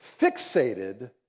fixated